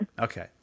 Okay